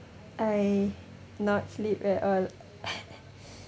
I not sleep at all